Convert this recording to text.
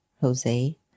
Jose